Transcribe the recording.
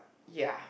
ya